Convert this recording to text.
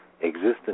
existence